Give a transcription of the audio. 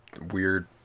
weird